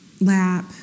lap